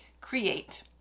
create